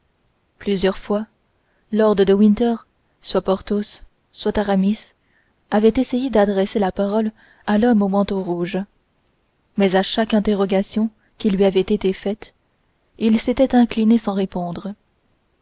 plusieurs fois lord de winter soit porthos soit aramis avaient essayé d'adresser la parole à l'homme au manteau rouge mais à chaque interrogation qui lui avait été faite il s'était incliné sans répondre